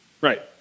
Right